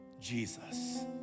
Jesus